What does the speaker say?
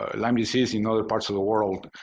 ah lyme disease in other parts of the world,